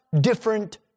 different